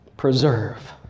Preserve